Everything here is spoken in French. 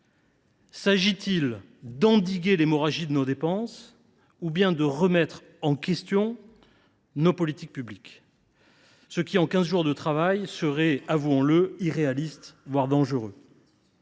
S’agit il d’endiguer l’hémorragie de nos dépenses ou de remettre en question nos politiques publiques, ce qui, en quinze jours de travail, serait – avouons le – irréaliste, voire dangereux